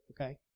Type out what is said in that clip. okay